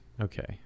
Okay